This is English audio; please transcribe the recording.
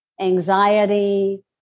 anxiety